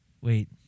Wait